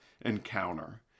encounter